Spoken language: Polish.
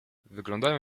wyglądają